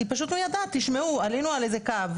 היא פשוט מיידעת 'תשמעו, עלינו על איזה קו,